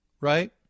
Right